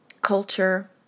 culture